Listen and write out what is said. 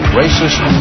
racist